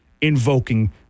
invoking